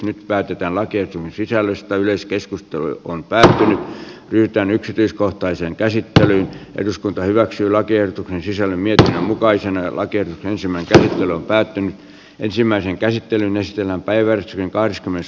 nyt päätetään lakiehdotuksen sisällöstä yleiskeskustelun on päällä pyritään yksityiskohtaiseen käsittelyyn eduskunta hyväksyy lakiehdotukseen sisälly mitä mukaisen alkeet ensimmäiseen päätyyn ensimmäisen käsittelyn ystävänpäivän kahdeskymmenes